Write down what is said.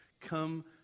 Come